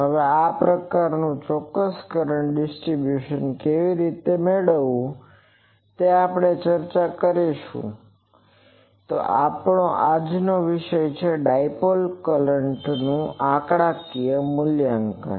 હવે આ પ્રકારનું ચોક્કસ કરંટ ડિસ્ટરીબ્યુસન કેવી રીતે મેળવવું તે આપણે ચર્ચા કરીશું તો આપણો આજનો વિષય છે ડાઇપોલ કરંટનું આંકડાકીય મૂલ્યાંકન